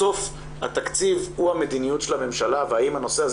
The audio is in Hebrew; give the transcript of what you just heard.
בסוף התקציב הוא המדיניות של הממשלה והאם הנושא הזה